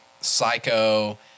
Psycho